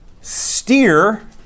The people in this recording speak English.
steer